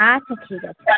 আচ্ছা ঠিক আছে